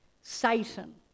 Satan